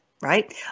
Right